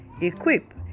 equip